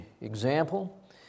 example